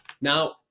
Now